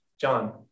John